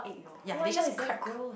yea they just cracked